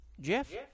Jeff